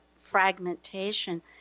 fragmentation